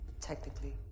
Technically